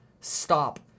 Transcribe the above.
stop